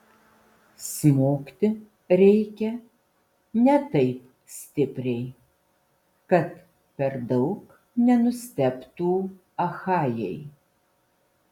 smogti reikia ne taip stipriai kad per daug nenustebtų achajai